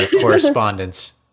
correspondence